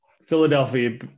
Philadelphia